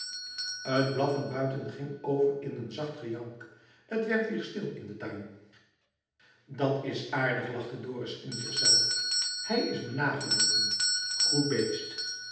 t blaffen buiten ging over in een zacht gejank t werd weer stil in den tuin dat's aardig lachte dorus in zichzelf hij is me nageloopen goed beest